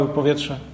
powietrze